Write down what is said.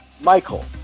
Michael